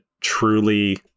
truly